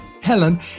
Helen